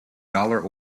dollar